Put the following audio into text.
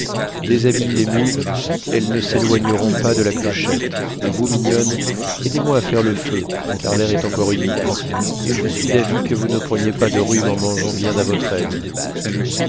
déshabille les mules elles ne s'éloigneront pas de la clochette et vous mignonne aidez-moi à faire le feu car l'air est encore humide et je suis d'avis que vous ne preniez pas de rhume en mangeant bien à votre aise